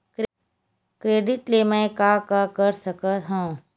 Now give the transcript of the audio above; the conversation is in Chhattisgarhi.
क्रेडिट ले मैं का का कर सकत हंव?